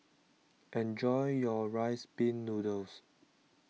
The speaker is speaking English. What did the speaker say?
enjoy your Rice Pin Noodles